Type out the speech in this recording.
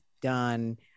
done